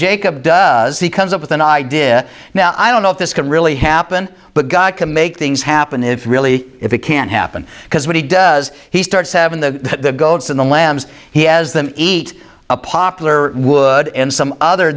jacob does he comes up with an idea now i don't know if this could really happen but god can make things happen if really if it can happen because when he does he starts having the goats in the lambs he has them eat a popular wood and some other